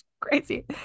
crazy